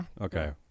Okay